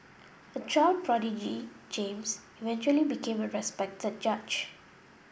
a child prodigy James eventually became a respected judge